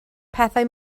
pethau